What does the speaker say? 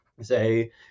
say